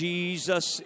Jesus